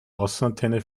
außenantenne